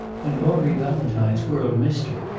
and audrey valentine's world missed her.